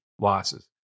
losses